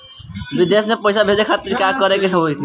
विदेश मे पैसा भेजे खातिर का करे के होयी?